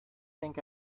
think